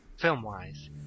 Film-wise